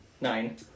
Nine